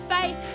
faith